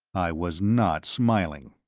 i was not smiling.